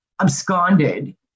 absconded